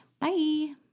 Bye